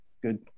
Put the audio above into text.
Good